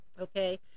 okay